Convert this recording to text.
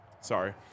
Sorry